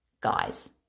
guys